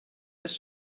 ist